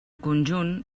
conjunt